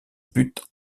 buts